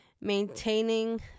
maintaining